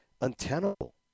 untenable